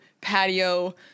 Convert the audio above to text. patio